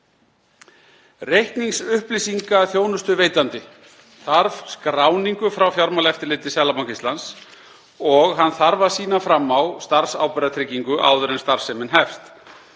Reikningsupplýsingaþjónustuveitandi þarf skráningu frá Fjármálaeftirliti Seðlabanka Íslands og hann þarf að sýna fram á starfsábyrgðartryggingu áður en starfsemin hefst.